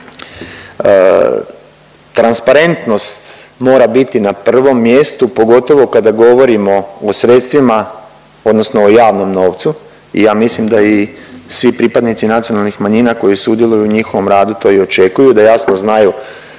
Transparentnost mora biti na prvom mjestu, pogotovo kada govorimo o sredstvima, odnosno o javnom novcu i ja mislim da i svi pripadnici nacionalnih manjina koji sudjeluju u njihovom radu to i očekuju, da jasno znaju